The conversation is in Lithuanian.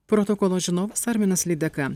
protokolo žinovas arminas lydeka